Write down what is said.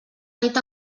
nit